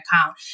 account